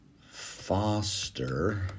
Foster